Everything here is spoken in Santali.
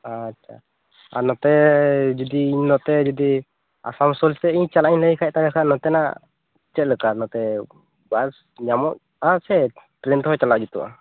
ᱟᱪᱪᱷᱟ ᱟᱨ ᱱᱚᱛᱮ ᱡᱩᱫᱤ ᱤᱧ ᱱᱚᱛᱮ ᱡᱩᱫᱤ ᱟᱥᱟᱱᱥᱳᱞ ᱥᱮᱫ ᱤᱧ ᱪᱟᱞᱟᱜ ᱤᱧ ᱞᱟ ᱭ ᱠᱷᱟᱱ ᱛᱟᱦᱚᱞᱮ ᱠᱷᱟᱱ ᱱᱚᱛᱮᱱᱟᱜ ᱪᱮᱫᱞᱮᱠᱟ ᱱᱚᱛᱮ ᱵᱟᱥ ᱧᱟᱢᱚᱜᱼᱟ ᱥᱮ ᱴᱨᱮᱱ ᱛᱮᱦᱚᱸ ᱪᱟᱞᱟᱜ ᱡᱩᱛᱩᱜ ᱟ